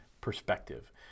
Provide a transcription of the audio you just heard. perspective